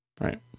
right